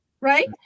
right